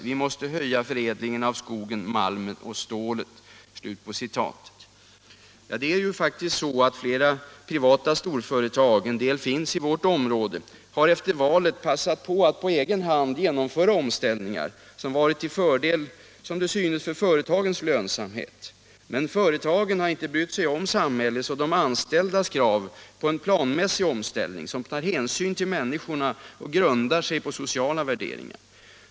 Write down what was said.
Vi måste höja förädligen av skogen, malmen och stålet.” Flera privata storföretag har faktiskt — en del sådana finns i vårt län —- efter valet passat på att på egen hand genomföra omställningar som varit till fördel för företagens lönsamhet. Men företagen har inte brytt sig om samhällets och de anställdas krav på en planmässig omställning, som tar hänsyn till människorna och grundar sig på sociala värderingar.